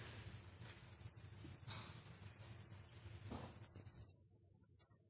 hva man skal